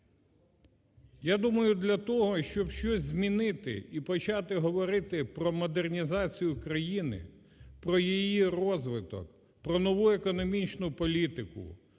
Я думаю для того, щоб щось змінити і почати говорити про модернізацію країни, про її розвиток, про нову економічну політику,